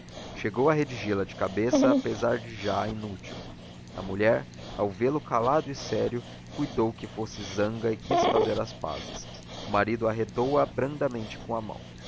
chegou a redigi la de cabeça apesar de já inútil a mulher ao vê-lo calado e sério cuidou que fosse zanga e quis fazer as pazes o marido arredou a brandamente com a mão